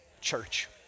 church